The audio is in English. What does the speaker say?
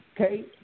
Okay